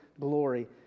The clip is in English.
glory